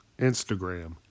Instagram